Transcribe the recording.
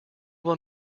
will